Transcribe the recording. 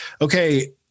okay